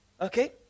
okay